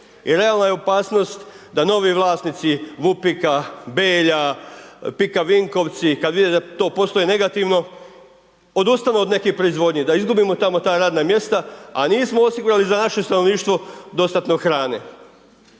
i realna je opasnost da novi vlasnici Vupika, Belja, Pika Vinkovci, kad vide da to posluje negativno, odustanu od neke proizvodnje, da izgubimo tamo ta radna mjesta a nismo osigurali za naše stanovništvo dostatno hrane.